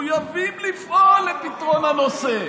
מחויבים לפעול לפתרון הנושא.